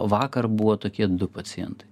vakar buvo tokie du pacientai